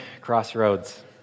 Crossroads